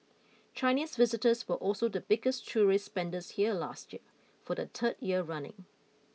Chinese visitors were also the biggest tourist spenders here last year for the third year running